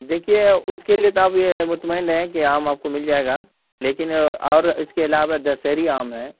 دیکھیے اس کے لیے تو آپ یہ مطمئن رہیں کہ آم آپ کو مل جائے گا لیکن اور اس کے علاوہ دسہری آم ہے